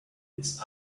its